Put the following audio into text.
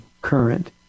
current